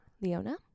Leona